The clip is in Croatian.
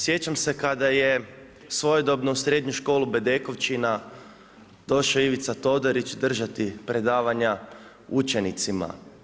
Sjećam se kada je svojedobno u Srednju školu BEdekovčina došao Ivica Todorić držati predavanja učenicima.